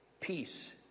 peace